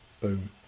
boom